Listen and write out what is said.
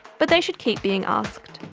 but they should keep being asked.